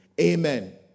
Amen